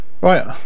Right